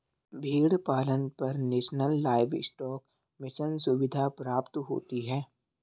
भेड़ पालन पर नेशनल लाइवस्टोक मिशन सुविधा प्राप्त होती है